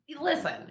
Listen